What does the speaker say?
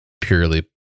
purely